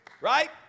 Right